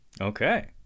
Okay